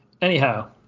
anyhow